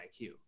IQ